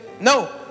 No